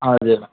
हजुर